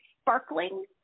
sparkling